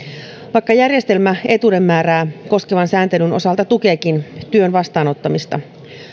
vaikka järjestelmä etuuden määrää koskevan sääntelyn osalta tukeekin työn vastaanottamista